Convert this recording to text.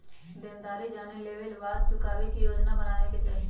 देनदारी जाने लेवे के बाद चुकावे के योजना बनावे के चाहि